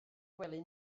gwely